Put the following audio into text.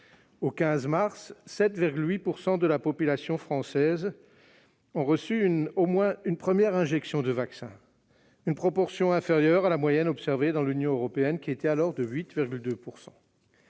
Au 15 mars, 7,8 % de la population française avait reçu au moins une première injection de vaccin, une proportion inférieure à la moyenne observée dans l'Union européenne, qui était alors de 8,2 %.